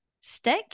stick